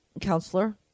counselor